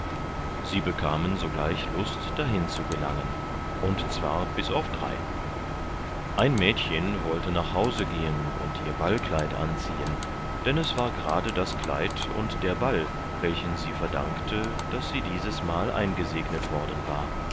sie bekamen sogleich lust dahin zu gelangen und zwar bis auf drei ein mädchen wollte nach hause gehen und ihr ballkleid anziehen denn es war gerade das kleid und der ball welchen sie verdankte das sie dieses mal eingesegnet worden war